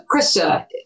Krista